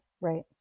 right